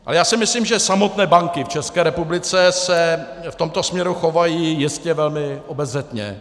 Ale já si myslím, že samotné banky v České republice se v tomto směru chovají jistě velmi obezřetně.